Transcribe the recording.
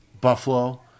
Buffalo